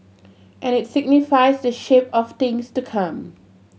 and it signifies the shape of things to come